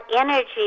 energy